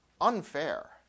Unfair